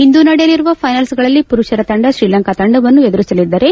ಇಂದು ನಡೆಯಲಿರುವ ಫೈನಲ್ಸ್ ಗಳಲ್ಲಿ ಪುರುಷರ ತಂಡ ಶ್ರೀಲಂಕಾ ತಂಡವನ್ನು ಎದುರಿಸಲಿದ್ದರೆ